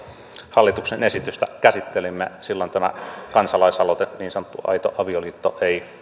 hallituksen esitystä käsittelimme tämä kansalaisaloite niin sanottu aito avioliitto ei